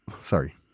Sorry